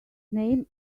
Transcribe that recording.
name